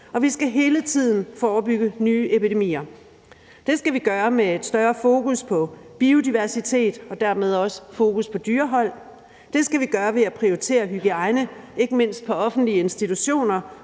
og vi skal hele tiden forebygge nye epidemier. Det skal vi gøre med et større fokus på biodiversitet og dermed også fokus på dyrehold; det skal vi gøre ved at prioritere hygiejne, ikke mindst på offentlige institutioner